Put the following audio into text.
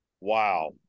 Wow